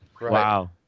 Wow